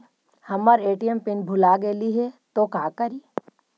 हमर ATM pin भूला गेली हे, तो का करि?